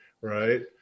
Right